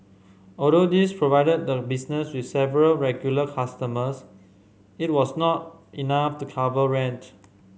although these provided the business with several regular customers it was not enough to cover rent